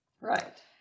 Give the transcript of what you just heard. Right